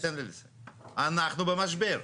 אנחנו במשבר.